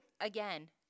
Again